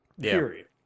period